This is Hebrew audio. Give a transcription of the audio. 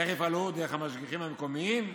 איך יפעלו, דרך המשגיחים המקומיים?